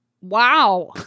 Wow